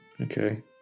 okay